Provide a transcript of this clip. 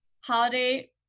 holiday